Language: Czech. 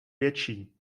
větší